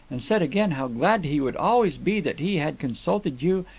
and said again how glad he would always be that he had consulted you,